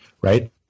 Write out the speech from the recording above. right